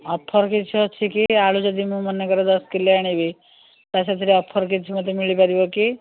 offer କିଛି ଅଛି କି ଆଳୁ ଯଦି ମୁଁ ମନେକର ଦଶ କିଲୋ ଆଣିବି ତ ସେହିଥିରେ ଅଫର୍ କିଛି ମୋତେ ମିଳିପାରିବ କି